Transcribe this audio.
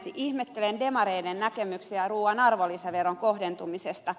ihmettelen demareiden näkemyksiä ruuan arvonlisäveron kohdentumisesta